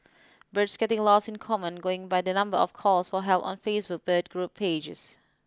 birds getting lost in common going by the number of calls for help on Facebook bird group pages